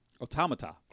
Automata